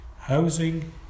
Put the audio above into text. housing